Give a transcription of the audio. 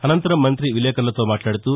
అనంతరం మంతి విలేకర్లతో మాట్లాడుతూ